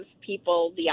people